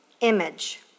image